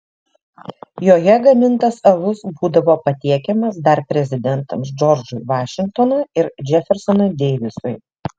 joje gamintas alus būdavo patiekiamas dar prezidentams džordžui vašingtonui ir džefersonui deivisui